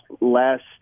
last